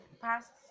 past